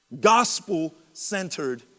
gospel-centered